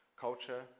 culture